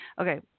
okay